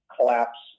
collapse